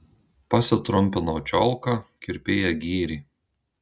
pasitrumpinau čiolką kirpėja gyrė